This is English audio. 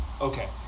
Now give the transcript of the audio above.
Okay